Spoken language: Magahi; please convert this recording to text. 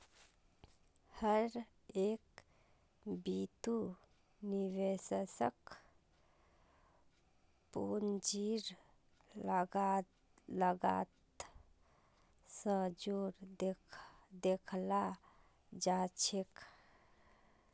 हर एक बितु निवेशकक पूंजीर लागत स जोर देखाला जा छेक